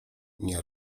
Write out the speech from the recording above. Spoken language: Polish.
nie